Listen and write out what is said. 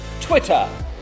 Twitter